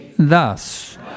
Thus